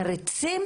מריצים